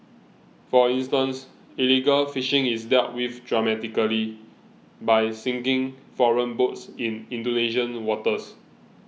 for instance illegal fishing is dealt with dramatically by sinking foreign boats in Indonesian waters